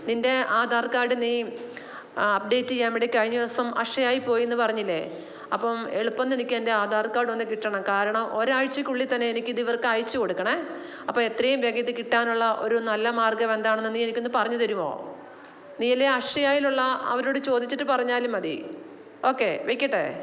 നിൻ്റെ ആധാർ കാഡ് നീ അപ്ഡേറ്റ് ചെയ്യാൻവേണ്ടി കഴിഞ്ഞ ദിവസം അക്ഷയയിൽ പോയെന്നു പറഞ്ഞില്ലേ അപ്പം എളുപ്പം തന്നെനിക്കെൻ്റെ ആധാർ ക്കാഡൊന്നു കിട്ടണം കാരണം ഒരാഴ്ചക്കുള്ളിൽ തന്നെ എനിക്കിത് ഇവർക്കയച്ചു കൊടുക്കണേ അപ്പോൾ എത്രയും വേഗം ഇതു കിട്ടാനുള്ള ഒരു നല്ല മാർഗ്ഗം എന്താണെന്നു നീ എനിക്കൊന്നു പറഞ്ഞു തരുമോ നീ അല്ലെ അക്ഷയയിലുള്ള അവരോടു ചോദിച്ചിട്ടൂ പറഞ്ഞാലും മതി ഓക്കെ വെക്കട്ടെ